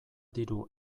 diru